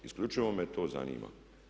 Isključivo me to zanima.